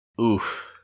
Oof